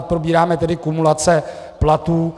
Teď probíráme tedy kumulace platů.